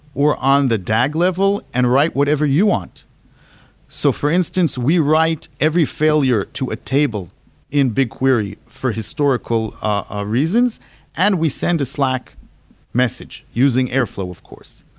or on the dag level and write whatever you want so for instance, we write every failure to a table in bigquery for historical ah reasons and we send a slack message using airflow, of course.